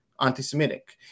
anti-Semitic